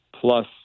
plus